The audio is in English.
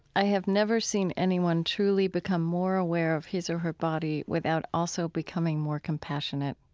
i have never seen anyone truly become more aware of his or her body without also becoming more compassionate.